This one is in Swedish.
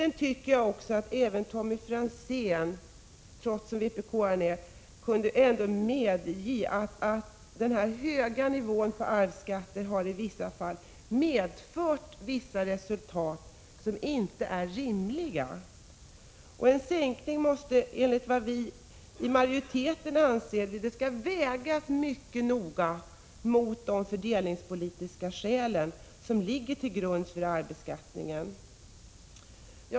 Jag tycker att även Tommy Franzén trots den vpk-are han är ändå kunde medge att den höga nivån på arvsskatten i vissa fall har fått orimliga konsekvenser. En sänkning måste, enligt vad vi inom majoriteten anser, mycket noga vägas mot de fördelningspolitiska skäl som ligger till grund för arvsbeskattningen.